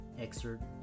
excerpt